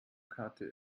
karte